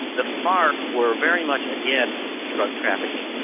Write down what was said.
the farc were very much against drug trafficking,